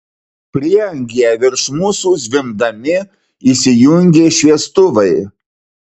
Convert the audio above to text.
prieangyje virš mūsų zvimbdami įsijungė šviestuvai